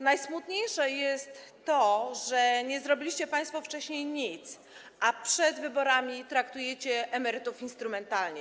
Najsmutniejsze jest to, że nie zrobiliście państwo wcześniej nic, a przed wyborami traktujecie emerytów instrumentalnie.